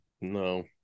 no